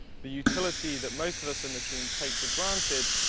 the utility that most of us in this room take for granted,